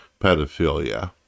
pedophilia